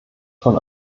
von